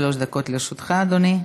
עד שלוש דקות לרשותך, אדוני.